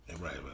right